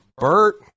Bert